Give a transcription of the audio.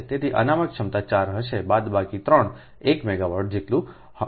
તેથી અનામત ક્ષમતા 4 હશે બાદબાકી 3 1 મેગાવાટ જેટલું